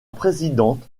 présidente